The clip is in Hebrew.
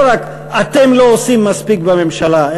לא רק "אתם לא עושים מספיק בממשלה",